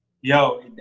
Yo